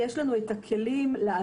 יש לנו את הכלים לעזור,